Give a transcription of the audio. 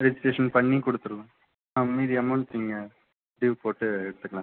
registration பண்ணி கொடுத்துருவோம் ஆ மீதி அமௌண்ட் நீங்கள் டியூவ் போட்டு எடுத்துக்கலாம் சார்